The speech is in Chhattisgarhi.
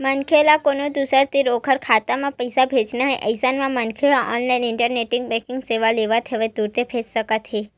मनखे ल कोनो दूसर तीर ओखर खाता म पइसा भेजना हे अइसन म मनखे ह ऑनलाइन इंटरनेट बेंकिंग सेवा लेवत होय तुरते भेज सकत हे